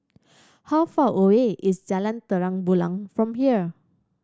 how far away is Jalan Terang Bulan from here